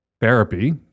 therapy